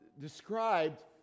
described